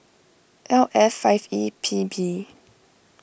L F five E P B